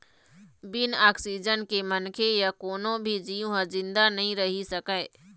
बिन ऑक्सीजन के मनखे य कोनो भी जींव ह जिंदा नइ रहि सकय